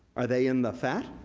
are they in the fat?